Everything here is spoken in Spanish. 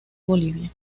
bolivia